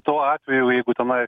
tuo atveju jeigu tenai